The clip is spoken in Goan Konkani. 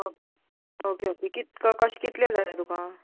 हय ओके ओके कित कशें कितलें जाये तुका